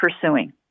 pursuing